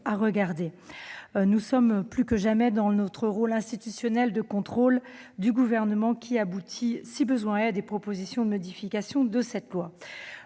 à examiner. Nous sommes plus que jamais dans notre rôle institutionnel de contrôle du Gouvernement qui aboutit, si besoin est, à des propositions de modification de cette loi.